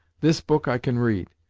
this book i can read,